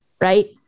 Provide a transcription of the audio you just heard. right